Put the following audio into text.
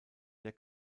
der